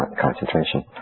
concentration